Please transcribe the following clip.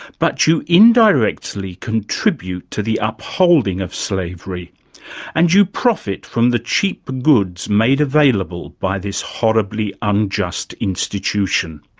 but you indirectly contribute to the upholding of slavery and you profit from the cheap goods made available by this horribly unjust institution.